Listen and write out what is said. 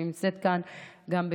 ונמצאת כאן גם,